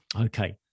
Okay